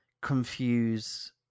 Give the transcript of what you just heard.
confuse